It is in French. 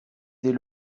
dès